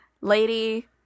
lady